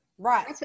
right